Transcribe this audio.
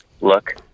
look